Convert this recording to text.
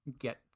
get